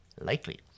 Likely